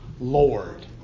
Lord